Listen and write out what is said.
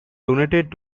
donated